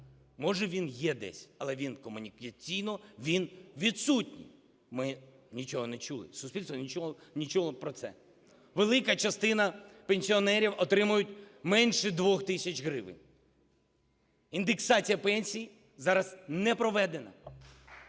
може, він є десь, але комунікаційно він відсутній. Ми нічого не чули, суспільство нічого не чуло про це. Велика частина пенсіонерів отримують менше 2 тисяч гривень. Індексація пенсій зараз не проведена.